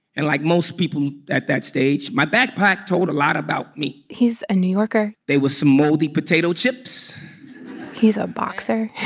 and like most people at that stage, my backpack told a lot about me he's a new yorker there was some moldy potato chips he's a boxer.